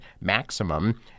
maximum